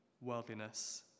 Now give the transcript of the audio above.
worldliness